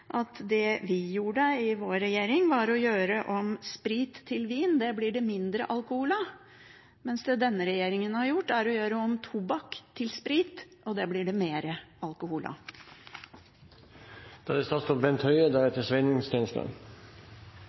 at det vi gjorde i vår regjering var å gjøre om sprit til vin. Det blir det mindre alkohol av, mens det denne regjeringen har gjort, er å gjøre om tobakk til sprit. Det blir det mer alkohol av. Jeg vil bare bemerke at det siste er feil. Det